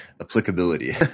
applicability